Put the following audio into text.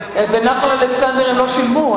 בנחל-אלכסנדר הם לא שילמו.